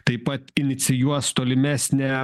taip pat inicijuos tolimesnę